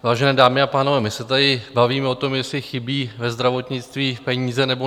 Vážené dámy a pánové, my se tady bavíme o tom, jestli chybí ve zdravotnictví peníze, nebo nechybí.